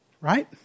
Right